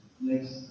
Next